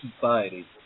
society